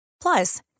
Plus